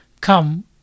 come